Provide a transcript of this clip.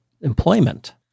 employment